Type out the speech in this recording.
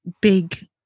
big